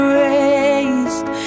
raised